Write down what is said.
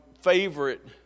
favorite